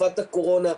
תקופת הקורונה,